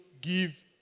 give